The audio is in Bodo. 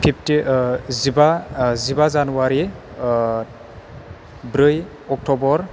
जिबा जिबा जानुवारी ब्रै अक्टबर